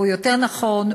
או יותר נכון,